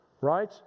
right